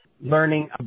learning